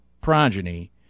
progeny